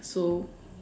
so